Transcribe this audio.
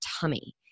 tummy